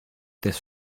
this